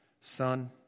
son